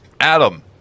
Adam